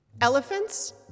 Elephants